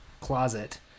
closet